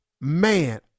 Man